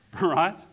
right